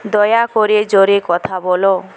দয়া করে জোরে কথা বলো